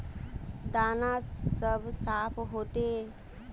दाना सब साफ होते?